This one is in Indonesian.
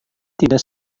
tidak